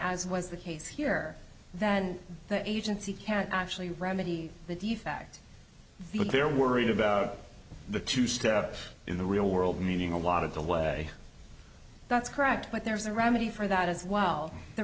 as was the case here than the agency can actually remedy the defect but they're worried about the two steps in the real world meaning a lot of the way that's correct but there's a remedy for that as well the